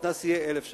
הקנס יהיה 1,000 שקל.